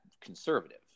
conservative